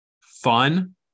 fun